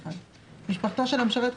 "משפחתו של המשרת"